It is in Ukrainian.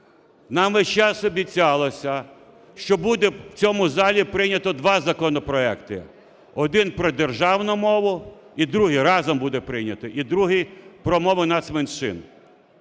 нам весь час обіцялося, що буде в цьому залі прийнято два законопроекти: один про державну мову і другий, разом буде прийнято, і другий про мову нацменшин.